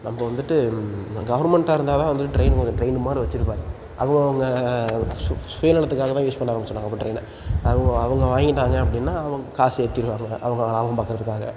நம்ம வந்துட்டு கவர்மெண்ட்டாக இருந்தால் தான் வந்து ட்ரெயின் வந்து ட்ரெயின் மாதிரி வச்சிருப்பாங்க அவுங்கவங்க சு சுயநலத்துக்காக தான் யூஸ் பண்ண ஆரம்பித்திடுவாங்க அப்புறம் ட்ரெயினை அவங்க அவங்க வாங்கிட்டாங்க அப்படின்னா அவங்க காசு ஏற்றிருவாங்க அவங்க லாபம் பார்க்கறதுக்காக